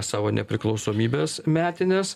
savo nepriklausomybės metines